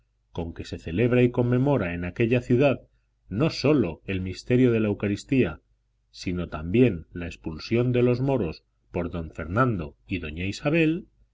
con que se celebra y conmemora en aquella ciudad no sólo el misterio de la eucaristía sino también la expulsión de los moros por don fernando y doña isabel